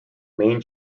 main